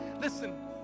Listen